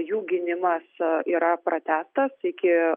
jų gynimas yra pratęstas iki